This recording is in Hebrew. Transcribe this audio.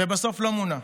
ובסוף לא מונה.